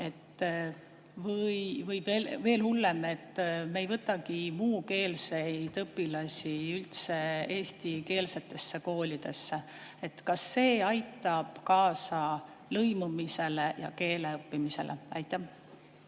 või veel hullem, et me ei võtagi muukeelseid õpilasi üldse eesti koolidesse. Kas see aitab kaasa lõimumisele ja keele õppimisele? Aitäh!